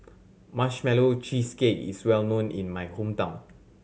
Marshmallow Cheesecake is well known in my hometown